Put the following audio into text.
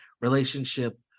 relationship